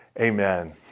Amen